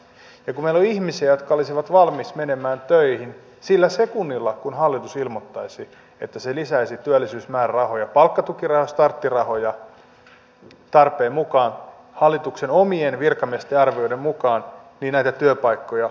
ja kun meillä on ihmisiä jotka olisivat valmiita menemään töihin sillä sekunnilla kun hallitus ilmoittaisi että se lisäisi työllisyysmäärärahoja palkkatukirahoja ja starttirahoja tarpeen mukaan hallituksen omien virkamiesten arvioiden mukaan niin näitä työpaikkoja syntyisi